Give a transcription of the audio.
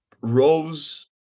Rose